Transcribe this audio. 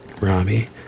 Robbie